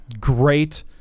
great